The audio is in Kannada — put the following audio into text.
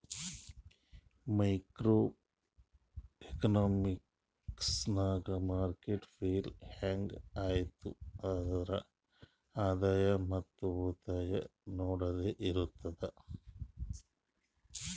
ಮೈಕ್ರೋ ಎಕನಾಮಿಕ್ಸ್ ನಾಗ್ ಮಾರ್ಕೆಟ್ ಫೇಲ್ ಹ್ಯಾಂಗ್ ಐಯ್ತ್ ಆದ್ರ ಆದಾಯ ಮತ್ ಉಳಿತಾಯ ನೊಡದ್ದದೆ ಇರ್ತುದ್